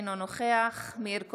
אינו נוכח מאיר כהן,